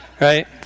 right